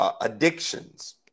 Addictions